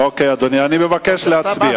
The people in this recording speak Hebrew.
בסדר, אני מבקש להצביע.